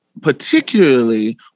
particularly